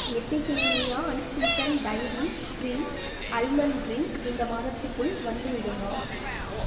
Epigamia unsweetened dairy free almond drink இந்த மாதத்துக்குள் வந்துவிடுமா